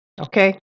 okay